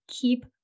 keep